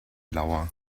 lauer